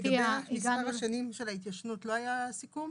לגבי מספר השנים של ההתיישנות לא סיכום?